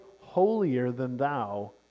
holier-than-thou